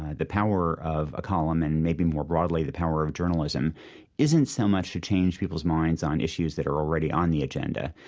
ah the power of a column and maybe more broadly the power of journalism isn't so much to change peoples' minds on issues that are already on the agenda,